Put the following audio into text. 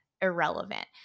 irrelevant